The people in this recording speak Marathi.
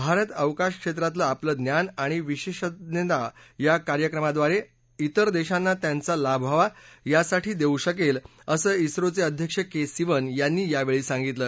भारत अवकाश क्षेत्रातलं आपलं ज्ञान आणि विशेषतज्ञता या कार्यक्रमाद्वारे इतर देशांना त्यांचा लाभ व्हावा यासाठी देऊ शकेल असं इस्रोघे अध्यक्ष के सिवन यांनी यावेळी सांगितलं